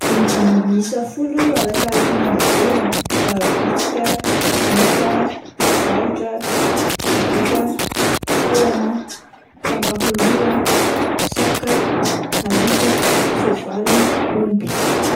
Biby miisa folo arakaraka ny halebeany vitsika ah, moka, lalitra, tsiboboka, sahona, famakiloha, saka, alika, soavaly, omby.